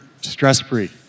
stress-free